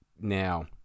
Now